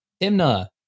Timna